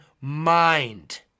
mind